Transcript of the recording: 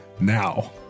now